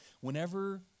Whenever